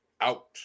out